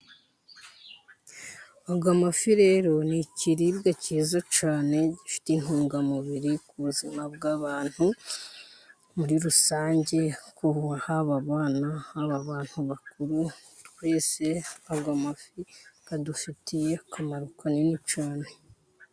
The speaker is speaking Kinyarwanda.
Aya mafi rero ni ikiribwa cyiza cyane, gifite intungamubiri ku buzima bw'abantu, muri rusange ku haba bana haba abantu bakuru, twese ay'amafi adufitiye akamaro, ka nini cyane.